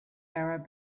arab